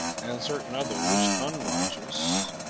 and certain others unrighteous,